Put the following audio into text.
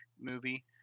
movie